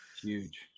Huge